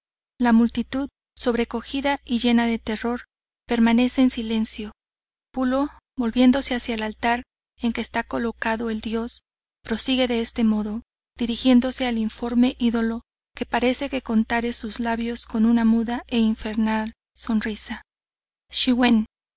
la multitud sobrecogida y llena de terror permanece en silencio pulo volviéndose hacia el altar en que esta colocado el dios prosigue de este modo dirigiéndose al informe ídolo que parece que contare sus labios con una muda e infernal sonrisa